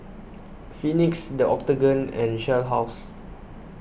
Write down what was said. Phoenix the Octagon and Shell House